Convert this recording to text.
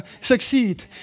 succeed